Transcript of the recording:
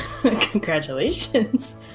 Congratulations